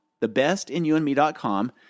Thebestinyouandme.com